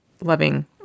loving